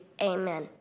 Amen